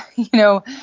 you know,